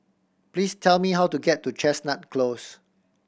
please tell me how to get to Chestnut Close